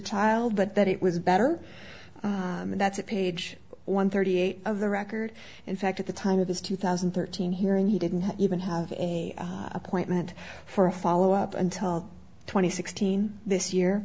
child but that it was better and that's at page one thirty eight of the record in fact at the time of his two thousand and thirteen hearing he didn't even have a appointment for a follow up until twenty sixteen this year